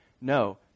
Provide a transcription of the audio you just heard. No